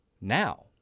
now